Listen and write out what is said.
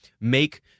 make